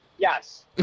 Yes